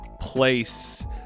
place